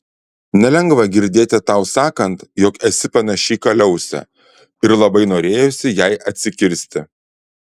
nelengva girdėti tau sakant jog esi panaši į kaliausę ir labai norėjosi jai atsikirsti